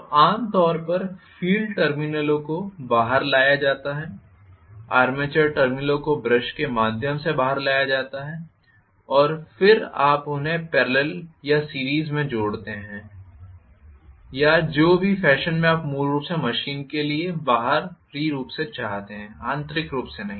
तो आम तौर पर फ़ील्ड टर्मिनलों को बाहर लाया जाता है आर्मेचर टर्मिनलों को ब्रश के माध्यम से बाहर लाया जाता है फिर आप उन्हें पेरलल या सीरीस में जोड़ते हैं या जो भी फैशन में आप मूल रूप से मशीन के लिए बाहरी रूप से चाहते हैं आंतरिक नहीं